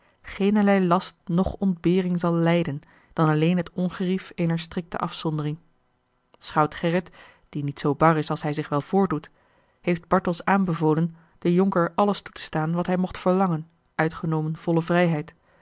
geenerlei last noch ontbering zal lijden dan alleen het ongerief eener strikte afzondering schout gerrit die niet zoo bar is als hij zich wel voordoet heeft bartels aanbevolen den jonker alles toe te staan wat hij mocht verlangen uitgenomen volle vrijheid